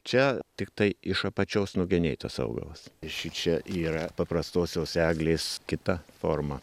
čia tiktai iš apačios nugenėtos algos šičia yra paprastosios eglės kita forma